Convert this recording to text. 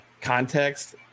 context